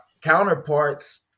counterparts